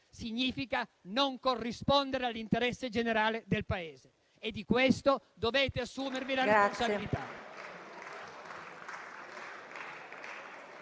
significa non corrispondere all'interesse generale del Paese, e di questo dovete assumervi la responsabilità.